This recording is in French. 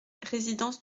résidence